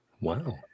wow